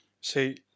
see